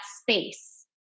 space